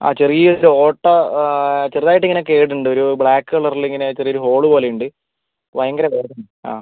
ആ ചെറിയ ഒരു ഓട്ട ചെറുതായിട്ട് ഇങ്ങനെ കേടുണ്ട് ഒരു ബ്ലാക്ക് കളറിൽ ഇങ്ങനെ ചെറിയ ഒരു ഹോൾ പോലെ ഉണ്ട് ഭയങ്കര വേദനയും ആ